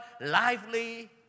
lively